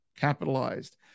Capitalized